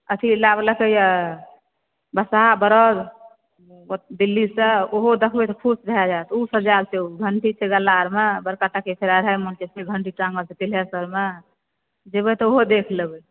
अथी लाबलकै यऽ बसहा बरद दिल्ली सँ ओहो देखबै तऽ खुश भए जायत ओ सजायल छै ओ घंटी छै गला आरमे बड़का टा के छै अढाइ मोन के घंटी टांगल छै सिंघेश्वरमे जेबै तऽ ओहो देख लेबै